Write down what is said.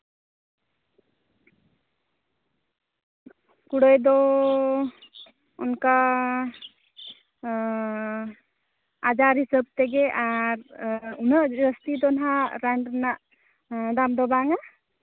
ᱠᱩᱲᱟᱹᱭ ᱫᱚ ᱚᱱᱠᱟ ᱟᱡᱟᱨ ᱦᱤᱥᱟᱹᱵ ᱛᱮᱜᱮ ᱟᱨ ᱩᱱᱟᱹᱜ ᱡᱟᱹᱥᱛᱤ ᱫᱚ ᱱᱟᱦᱟᱸᱜ ᱨᱟᱱ ᱨᱮᱱᱟᱜ ᱫᱟᱢ ᱫᱚ ᱵᱟᱝᱟ